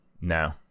no